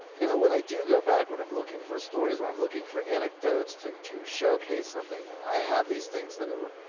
you know, when i do go back, when i'm looking for stories, when i'm looking for anecdotes to, to showcase something, i have these things that are,